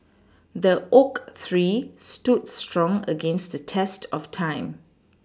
the oak tree stood strong against the test of time